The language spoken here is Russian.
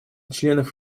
членов